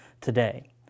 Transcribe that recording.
today